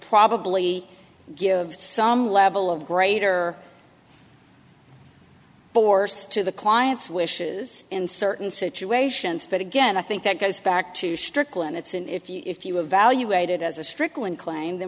probably give some level of greater force to the client's wishes in certain situations but again i think that goes back to strickland it's in if you if you evaluate it as a strickland claim the